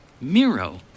Miro